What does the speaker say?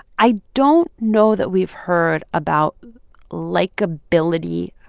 i don't know that we've heard about likeability.